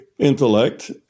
Intellect